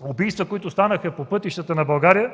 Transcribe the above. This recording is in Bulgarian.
убийства, които станаха по пътищата на България,